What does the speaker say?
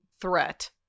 threat